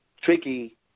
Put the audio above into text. Tricky